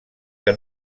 que